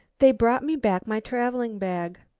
they brought me back my travelling bag.